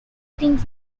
things